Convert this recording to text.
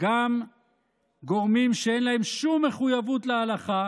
גם גורמים שאין להם שום מחויבות להלכה